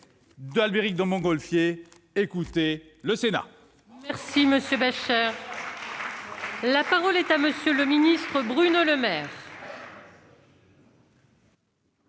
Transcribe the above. d'Albéric de Montgolfier : écoutez le Sénat